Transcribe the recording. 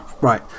right